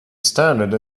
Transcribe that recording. standard